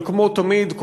אבל כמו תמיד,